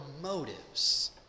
motives